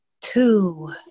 Two